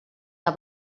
del